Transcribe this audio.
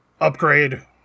upgrade